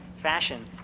fashion